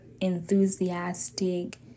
enthusiastic